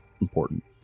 important